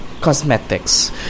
Cosmetics